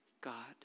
God